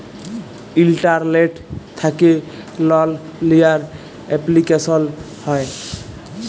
ইলটারলেট্ থ্যাকে লল লিয়ার এপলিকেশল হ্যয়